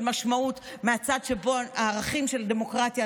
של משמעות מהצד שבו הערכים של דמוקרטיה,